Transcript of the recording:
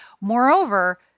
Moreover